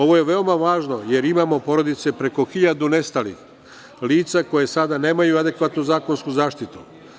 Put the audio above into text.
Ovo je veoma važno, jer imamo porodice preko hiljadu nestalih lica koja sada nemaju adekvatnu zakonsku zaštitu.